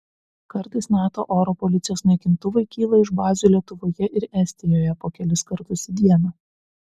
kartais nato oro policijos naikintuvai kyla iš bazių lietuvoje ir estijoje po kelis kartus į dieną